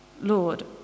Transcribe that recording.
Lord